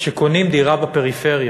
שקונים דירה בפריפריה.